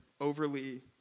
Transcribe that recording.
overly